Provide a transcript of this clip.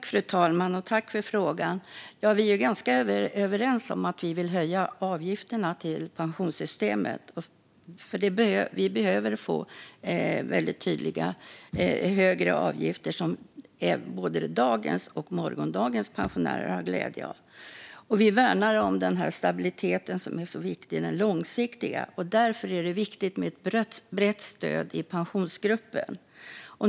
Fru talman! Tack för frågan! Vi är ganska överens om att vi vill höja avgifterna till pensionssystemet. Vi behöver väldigt tydligt få högre avgifter som både dagens och morgondagens pensionärer har glädje av. Vi värnar om den långsiktiga stabiliteten som är så viktig. Därför är det viktigt med ett brett stöd i Pensionsgruppen.